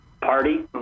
party